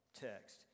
text